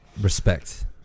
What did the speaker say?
respect